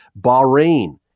Bahrain